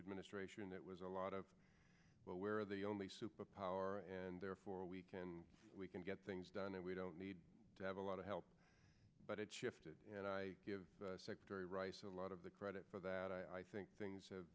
administration that was a lot of where the only superpower and therefore we can we can get things done and we don't need to have a lot of help but it shifted and i give secretary rice a lot of the credit for that i think things have